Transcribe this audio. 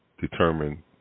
determine